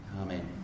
Amen